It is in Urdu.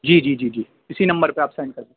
جی جی جی جی اِسی نمبر پہ آپ سینڈ کر دیں